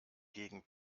gegen